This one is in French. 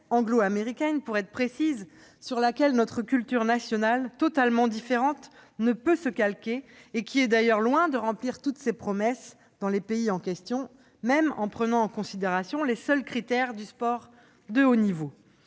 anglo-américaine pour être précise, sur laquelle notre culture nationale, totalement différente, ne peut se calquer, et qui est d'ailleurs loin de tenir toutes ses promesses dans les pays où elle s'applique, même en prenant en considération les seuls critères du sport de haut niveau.